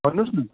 भन्नुहोस् न